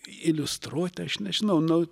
iliustruot aš nežinau nu